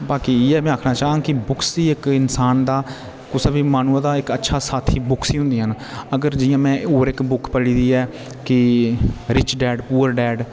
बाकी इ'यै मै आखना चांहंग की बुक्स इक इंसान दा कुसे बी मानव दा इक अच्छा साथी बुक्स ही हुन्दियां न अगर जियां मै ओर इक बुक्स पढ़ी दियां न की रिच डैड पुअर डैड